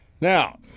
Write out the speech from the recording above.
Now